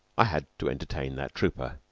i had to entertain that trooper.